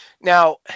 Now